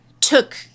took